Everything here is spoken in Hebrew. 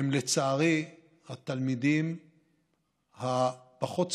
הם לצערי תלמידים פחות ספורטיביים,